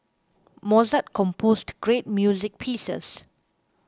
Mozart composed great music pieces